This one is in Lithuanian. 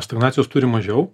stagnacijos turim mažiau